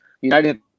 United